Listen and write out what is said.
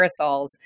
aerosols